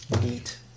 Neat